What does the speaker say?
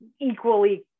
equally